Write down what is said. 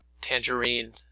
Tangerine